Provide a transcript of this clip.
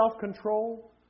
self-control